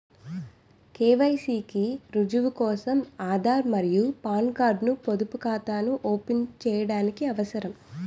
KYC కి రుజువు కోసం ఆధార్ మరియు పాన్ కార్డ్ ను పొదుపు ఖాతాను ఓపెన్ చేయడానికి అవసరం